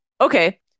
Okay